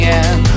end